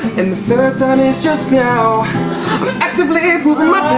and the third time is just now actively pooping my